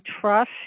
trust